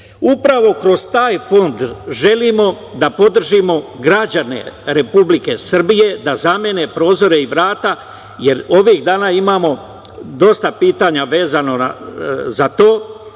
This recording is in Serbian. kroz taj fond želimo da podržimo građane Republike Srbije da zamene prozore i vrata, jer ovih dana imamo dosta pitanja vezano za to,